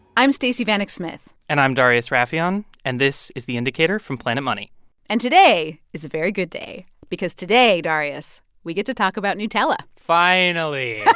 i'm stacey vanek smith and i'm darius rafieyan. and this is the indicator from planet money and today is a very good day because today, darius, we get to talk about nutella finally